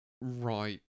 Right